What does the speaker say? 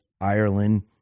ireland